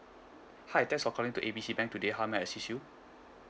hi thanks for calling to A B C bank today how may I assist you